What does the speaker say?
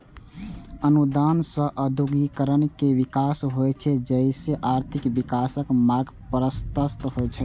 अनुदान सं औद्योगिकीकरण के विकास होइ छै, जइसे आर्थिक विकासक मार्ग प्रशस्त होइ छै